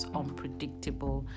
unpredictable